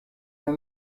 are